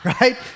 Right